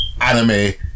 anime